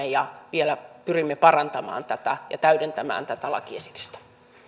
ja vielä pyrimme parantamaan ja täydentämään tätä lakiesitystä